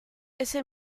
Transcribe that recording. ese